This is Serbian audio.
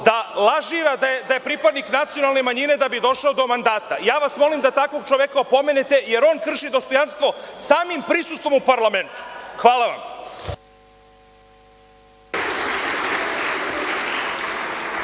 da lažira da je pripadnik nacionalne manjine da bi došao do mandata. Molim vas da takvog čoveka opomenete, jer on krši dostojanstvo samim prisustvom u parlamentu. Hvala vam.